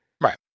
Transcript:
Right